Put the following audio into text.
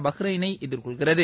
பஹ்ரனை எதிர்கொள்கிறது